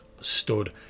stood